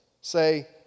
Say